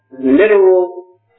literal